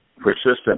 persistent